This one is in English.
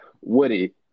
Woody